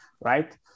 right